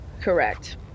Correct